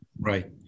Right